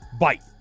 bite